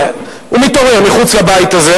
שמתעורר מחוץ לבית הזה,